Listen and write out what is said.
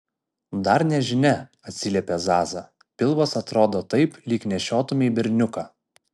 dar nežinia atsiliepė zaza pilvas atrodo taip lyg nešiotumei berniuką